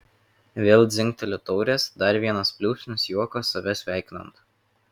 vėl dzingteli taurės dar vienas pliūpsnis juoko save sveikinant